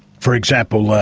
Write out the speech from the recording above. for example,